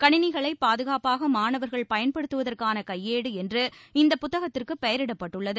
கணினிகளை பாதுகாப்பாக மாணவர்கள் பயன்படுத்துவதற்கான கையேடு என்று இந்த புத்தகத்திற்கு பெயரிடப்பட்டுள்ளது